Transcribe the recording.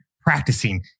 practicing